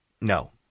No